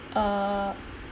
uh